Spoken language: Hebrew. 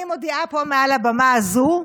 אני מודיעה פה מעל לבמה הזו,